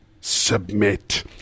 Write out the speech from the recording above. Submit